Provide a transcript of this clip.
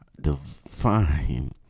define